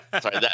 sorry